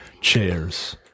chairs